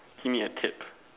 give me a tip